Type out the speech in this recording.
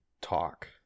talk